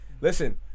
Listen